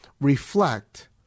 reflect